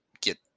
get